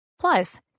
Plus